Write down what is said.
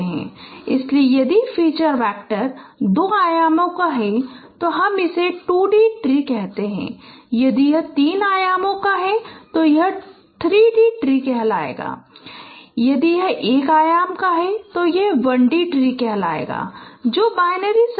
इसलिए यदि feature vector दो आयामों का है तो हम इसे 2 डी ट्री कहते हैं यदि यह तीन आयामी है तो यह 3 डी ट्री है यदि यह एक आयाम है यह 1D ट्री है जो बाइनरी सर्च ट्री होने के लिए होता है